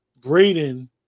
Braden